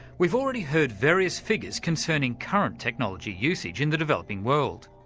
we've already heard various figures concerning current technology usage in the developing world.